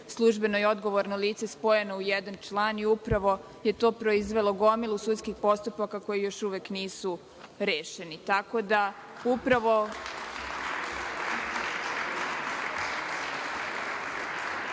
službeno i odgovorno lice spojeno u jedan član. Upravo je to proizvelo gomilu sudskih postupaka koji još uvek nisu rešeni. Nije namerno